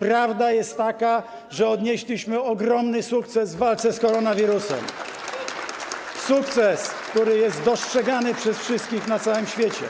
Prawda jest taka, że odnieśliśmy ogromny sukces w walce z koronawirusem, sukces, który jest dostrzegany przez wszystkich na całym świecie.